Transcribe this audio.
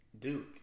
Duke